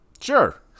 Sure